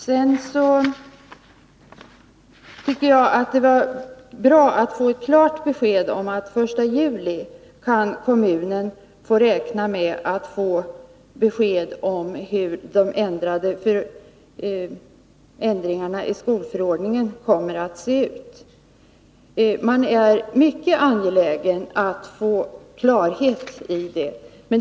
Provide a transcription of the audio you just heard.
Jag tycker att det var bra att vi fick klart besked om att kommunen kan räkna med att den 1 juli få veta hur förändringarna i skolförordningen kommer att se ut. Man är mycket angelägen om att få klarhet på denna punkt.